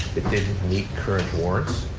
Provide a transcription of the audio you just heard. it didn't meet current wards,